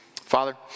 Father